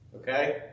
Okay